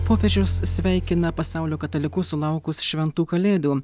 popiežius sveikina pasaulio katalikus sulaukus šventų kalėdų